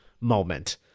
moment